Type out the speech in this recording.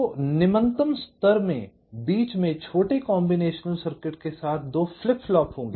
तो निम्नतम स्तर में बीच में छोटे कॉम्बिनेशन सर्किट के साथ दो फ्लिप फ्लॉप होंगे